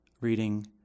reading